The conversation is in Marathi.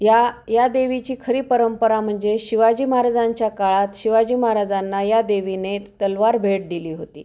या या देवीची खरी परंपरा म्हणजे शिवाजी महाराजांच्या काळात शिवाजी महाराजांना या देवीने तलवार भेट दिली होती